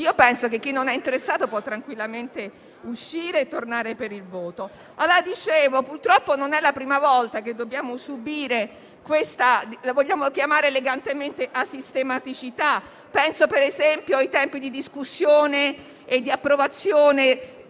Penso che chi non è interessato possa tranquillamente uscire e tornare per il voto. Come dicevo, purtroppo non è la prima volta che dobbiamo subire questa - se la vogliamo chiamare elegantemente - asistematicità. Penso, ad esempio, ai tempi di discussione e di approvazione